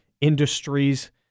industries